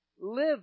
Live